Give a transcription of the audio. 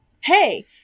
Hey